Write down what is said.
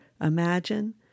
imagine